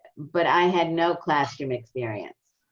but i had no classroom experience.